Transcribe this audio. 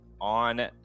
on